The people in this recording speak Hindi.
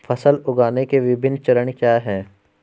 फसल उगाने के विभिन्न चरण क्या हैं?